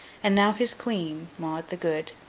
and now his queen, maud the good,